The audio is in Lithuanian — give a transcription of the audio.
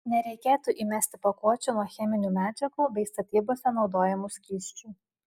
nereikėtų įmesti pakuočių nuo cheminių medžiagų bei statybose naudojamų skysčių